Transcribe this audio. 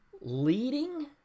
leading